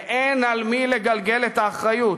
ואין על מי לגלגל את האחריות,